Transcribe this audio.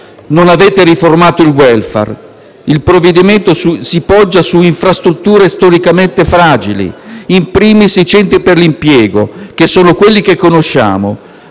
Non avete poi riformato il *welfare* ed il provvedimento si poggia su infrastrutture storicamente fragili, *in primis* i centri per l'impiego, che sono quelli che conosciamo.